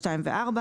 (2) ו-